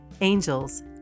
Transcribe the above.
angels